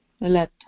let